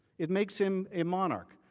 it makes him a monarch.